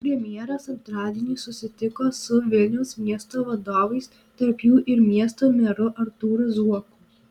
premjeras antradienį susitiko su vilniaus miesto vadovais tarp jų ir miesto meru artūru zuoku